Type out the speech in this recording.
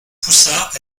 poussa